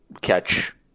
catch